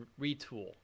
retool